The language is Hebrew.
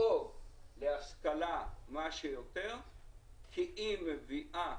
לדאוג להשכלה כמה שיותר כי היא מביאה